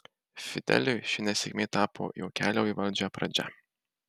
fideliui ši nesėkmė tapo jo kelio į valdžią pradžia